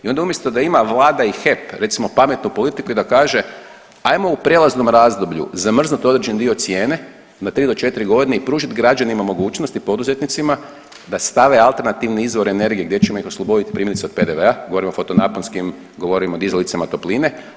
I onda umjesto da ima Vlada i HEP recimo pametnu politiku i da kaže, hajmo u prijelaznom razdoblju zamrznuti određen dio cijene na tri do četiri godine i pružiti građanima mogućnost i poduzetnicima, da stave alternativni izvor energije gdje ćemo ih osloboditi primjerice od PDV-a, govorimo o foto naponskim, govorim o dizalicama topline.